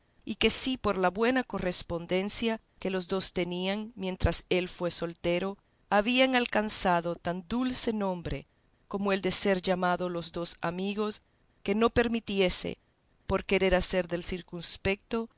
y que si por la buena correspondencia que los dos tenían mientras él fue soltero habían alcanzado tan dulce nombre como el de ser llamados los dos amigos que no permitiese por querer hacer del